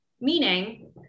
meaning